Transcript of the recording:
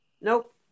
Nope